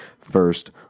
first